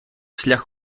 шлях